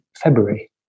February